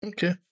Okay